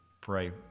pray